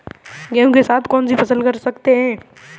गेहूँ के साथ कौनसी फसल कर सकते हैं?